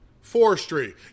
forestry